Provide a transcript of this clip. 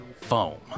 foam